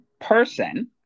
person